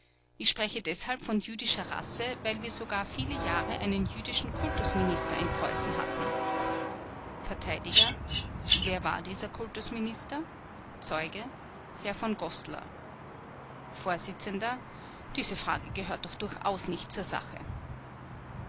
ich spreche deshalb von jüdischer rasse weil wir sogar viele jahre einen jüdischen kultusminister in preußen hatten verteidiger wer war dieser kultusminister zeuge herr v goßler vors diese frage gehört doch durchaus nicht zur sache